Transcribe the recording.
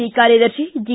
C ಕಾರ್ಯದರ್ಶಿ G